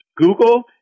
Google